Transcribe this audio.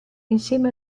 insieme